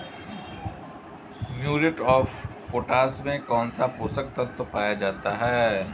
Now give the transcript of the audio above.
Muriate of potash में कौन सा पोषक तत्व पाया जाता है?